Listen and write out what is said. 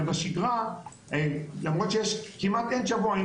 אבל בשגרה למרות שכמעט אין שבוע,